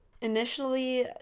initially